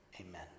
Amen